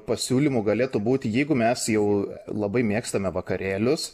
pasiūlymų galėtų būti jeigu mes jau labai mėgstame vakarėlius